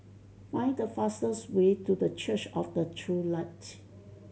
find the fastest way to The Church of the True Light